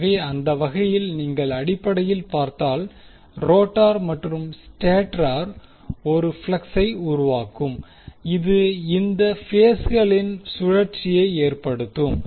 எனவே அந்த வகையில் நீங்கள் அடிப்படையில் பார்த்தால் ரோட்டார் மற்றும் ஸ்டேட்டர் 1 ஃப்ளக்ஸை உருவாக்கும் இது இந்த பேஸ்களின் சுழற்சியை ஏற்படுத்தும்